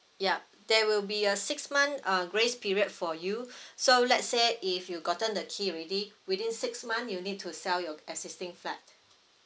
yup there will be a six month uh grace period for you so let's say if you gotten the key ready within six month you need to sell you existing flat